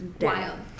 Wild